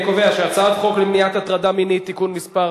אני קובע שהחוק למניעת הטרדה מינית (תיקון מס'